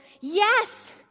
Yes